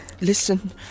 Listen